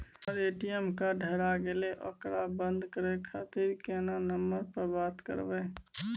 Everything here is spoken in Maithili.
हमर ए.टी.एम कार्ड हेराय गेले ओकरा बंद करे खातिर केना नंबर पर बात करबे?